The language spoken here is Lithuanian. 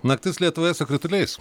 naktis lietuvoje su krituliais